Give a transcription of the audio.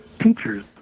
teachers